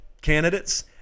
candidates